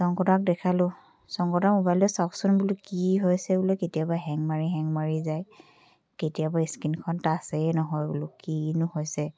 শংকৰদাক দেখালোঁ শংকৰদা মোবাইলটো চাওকচোন বোলো কি হৈছে বোলো কেতিয়াবা হেং মাৰি হেং মাৰি যায় কেতিয়াবা স্ক্ৰীণখন টাচেই নহয় বোলো কি নো হৈছে